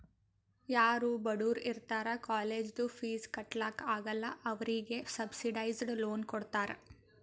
ಯಾರೂ ಬಡುರ್ ಇರ್ತಾರ ಕಾಲೇಜ್ದು ಫೀಸ್ ಕಟ್ಲಾಕ್ ಆಗಲ್ಲ ಅವ್ರಿಗೆ ಸಬ್ಸಿಡೈಸ್ಡ್ ಲೋನ್ ಕೊಡ್ತಾರ್